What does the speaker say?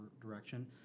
direction